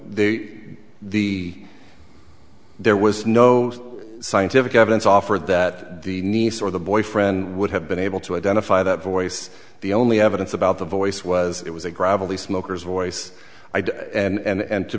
the the there was no scientific evidence offered that the niece or the boyfriend would have been able to identify that voice the only evidence about the voice was it was a gravelly smokers voice and